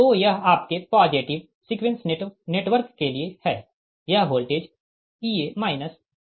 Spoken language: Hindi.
तो यह आपके पॉजिटिव सीक्वेंस नेटवर्क के लिए है यह वोल्टेज Ea Z1Ia1 है